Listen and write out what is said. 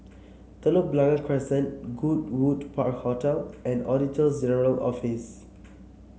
Telok Blangah Crescent Goodwood Park Hotel and Auditor General Office